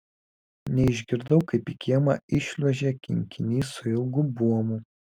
neišgirdau kaip į kiemą įšliuožė kinkinys su ilgu buomu